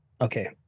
Okay